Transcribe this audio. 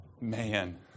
man